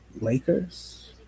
Lakers